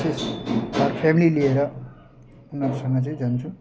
विशेष घर फ्यामिली लिएर उनीहरूसँग चाहिँ जान्छौँ